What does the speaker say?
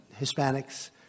Hispanics